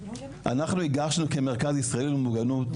אנחנו הגשנו כמרכז ישראל למוגנות,